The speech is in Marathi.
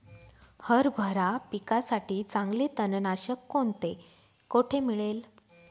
हरभरा पिकासाठी चांगले तणनाशक कोणते, कोठे मिळेल?